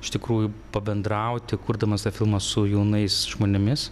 iš tikrųjų pabendrauti kurdamas tą filmą su jaunais žmonėmis